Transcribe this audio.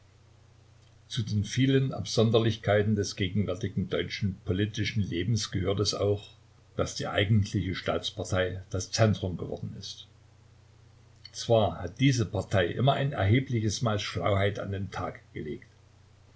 zu den vielen absonderlichkeiten des gegenwärtigen deutschen politischen lebens gehört es auch daß die eigentliche staatspartei das zentrum geworden ist zwar hat diese partei immer ein erhebliches maß schlauheit an den tag gelegt